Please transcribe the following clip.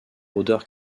odeur